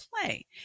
play